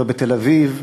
לא בתל-אביב,